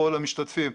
לכל המשתתפים.